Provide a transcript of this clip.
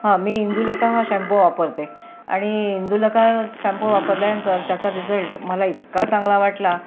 हं मी इंदुलेखा हा शॅम्पू वापरते आणि इंदुलेखा शॅम्पू वापरल्यानंतर त्याचा रिझल्ट मला इतका चांगला वाटला